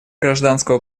гражданского